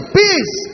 peace